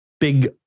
big